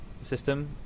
system